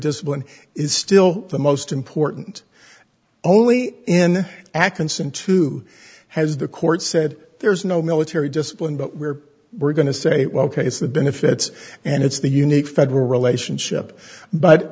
discipline is still the most important only in akron soon to has the court said there is no military discipline but we're we're going to say well ok it's the benefits and it's the unique federal relationship but